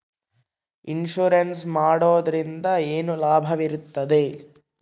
Insurance ಮಾಡೋದ್ರಿಂದ ಏನು ಲಾಭವಿರುತ್ತದೆ?